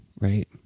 right